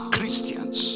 Christians